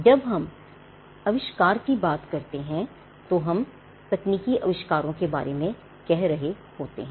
जब हम अविष्कार की बात करते हैं तो हम तकनीकी अविष्कारों के बारे में कह रहे होते हैं